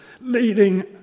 leading